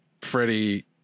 Freddie